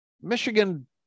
Michigan